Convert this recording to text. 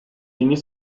yeni